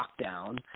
lockdown